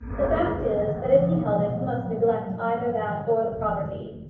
the fact is, that if he held it, he must neglect either that or the property.